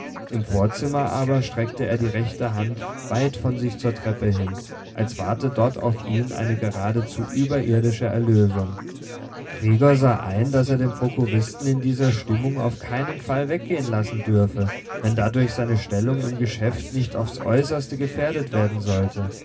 im vorzimmer aber streckte er die rechte hand weit von sich zur treppe hin als warte dort auf ihn eine geradezu überirdische erlösung gregor sah ein daß er den prokuristen in dieser stimmung auf keinen fall weggehen lassen dürfe wenn dadurch seine stellung im geschäft nicht aufs äußerste gefährdet werden sollte